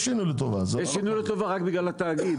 יש שינוי לטובה רק בגלל התאגיד,